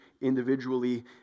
individually